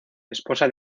esposa